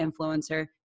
influencer